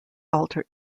alter